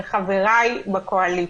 לחבריי בקואליציה.